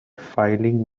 filing